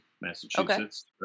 massachusetts